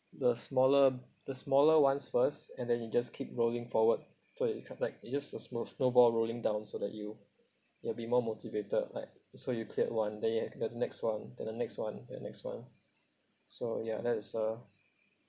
the smaller the smaller ones first and then you just keep rolling forward so you could like it's just a smooth snowball rolling down so that you you will be more motivated like so you cleared one then you have the next [one] to the next [one] the next [one] so ya that is a